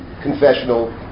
confessional